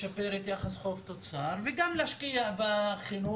לשפר את יחס חוב-תוצר וגם להשקיע בחינוך,